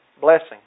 blessing